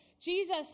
Jesus